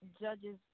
judges